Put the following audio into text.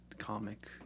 comic